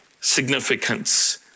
significance